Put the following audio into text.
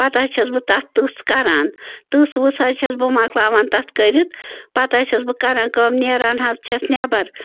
پتہٕ حظ چھَس بہٕ تتھ تٕژھ کَران تٕژھ وٕژھ حظ چھَس بہٕ مۄکلاوان تَتھ کٔرِتھ پتہٕ حظ چھَس بہٕ کَران کٲم نیران حظ چھَس نٮ۪بر